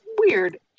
weird